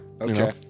Okay